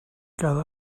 cada